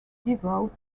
devout